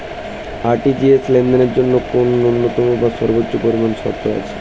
RTGS লেনদেনের জন্য কোন ন্যূনতম বা সর্বোচ্চ পরিমাণ শর্ত আছে?